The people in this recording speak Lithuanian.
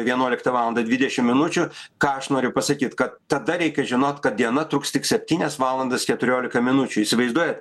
vienuoliktą valandą dvidešim minučių ką aš noriu pasakyt kad tada reikia žinot kad diena truks tik septynias valandas keturiolika minučių įsivaizduojat